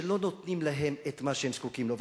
שלא נותנים להם את מה שהם זקוקים לו.